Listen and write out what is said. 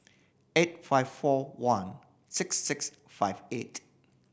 eight five four one six six five eight